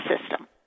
system